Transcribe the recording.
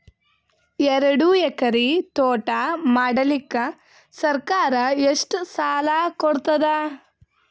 ಎರಡು ಎಕರಿ ತೋಟ ಮಾಡಲಿಕ್ಕ ಸರ್ಕಾರ ಎಷ್ಟ ಸಾಲ ಕೊಡತದ?